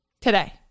Today